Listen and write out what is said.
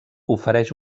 ofereix